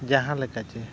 ᱡᱟᱦᱟᱸ ᱞᱮᱠᱟ ᱥᱮ